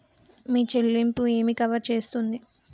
మీ చెల్లింపు ఏమి కవర్ చేస్తుంది?